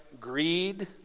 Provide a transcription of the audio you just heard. greed